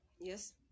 Yes